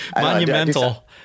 monumental